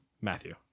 Matthew